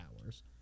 hours